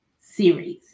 Series